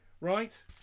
right